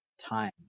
time